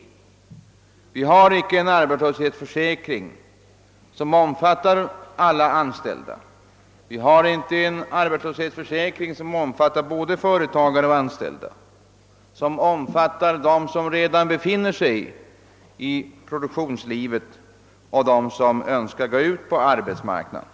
Vi har inte en arbetslöshetsförsäkring som omfattar alla anställda, vi har inte en ar betslöshetsförsäkring som omfattar både företagare och anställda, inte en försäkring som omfattar dem som redan befinner sig i produktionslivet och dem som önskar gå ut på arbetsmarknaden.